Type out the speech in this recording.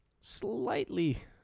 slightly